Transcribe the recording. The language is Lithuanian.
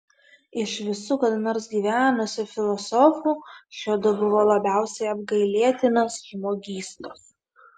iš visų kada nors gyvenusių filosofų šiuodu buvo labiausiai apgailėtinos žmogystos